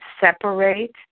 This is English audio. separate